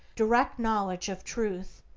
direct knowledge of truth,